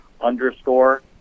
underscore